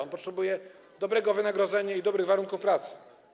On potrzebuje dobrego wynagrodzenia i dobrych warunków pracy.